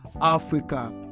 Africa